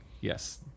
yes